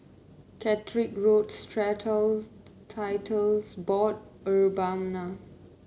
Caterick Road Strata Titles Board Urbana